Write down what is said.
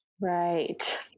Right